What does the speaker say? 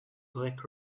black